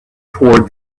toward